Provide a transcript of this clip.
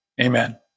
Amen